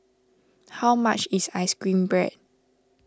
how much is Ice Cream Bread